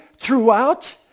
throughout